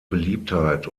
beliebtheit